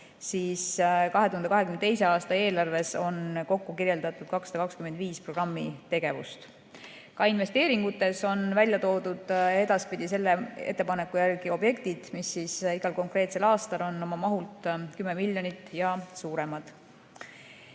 siis 2022. aasta eelarves on kokku kirjeldatud 225 programmi tegevust. Ka investeeringutes on edaspidi selle ettepaneku järgi välja toodud objektid, mis igal konkreetsel aastal on oma mahult 10 miljonit ja suuremad.